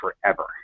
forever